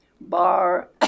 bar